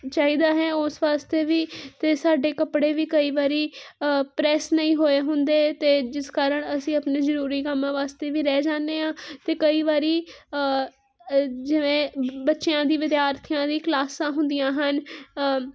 ਚਾਹੀਦਾ ਹੈ ਉਸ ਵਾਸਤੇ ਵੀ ਅਤੇ ਸਾਡੇ ਕੱਪੜੇ ਵੀ ਕਈ ਵਾਰ ਪ੍ਰੈਸ ਨਹੀਂ ਹੋਏ ਹੁੰਦੇ ਅਤੇ ਜਿਸ ਕਾਰਨ ਅਸੀਂ ਆਪਣੇ ਜ਼ਰੂਰੀ ਕੰਮਾਂ ਵਾਸਤੇ ਵੀ ਰਹਿ ਜਾਂਦੇ ਹਾਂ ਅਤੇ ਕਈ ਵਾਰ ਜਿਵੇਂ ਬੱਚਿਆਂ ਦੀ ਵਿਦਿਆਰਥੀਆਂ ਦੀ ਕਲਾਸਾਂ ਹੁੰਦੀਆਂ ਹਨ